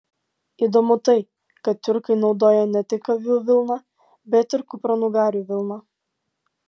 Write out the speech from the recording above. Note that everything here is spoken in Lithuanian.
įdomu tai kad tiurkai naudojo ne tik avių vilną bet ir kupranugarių vilną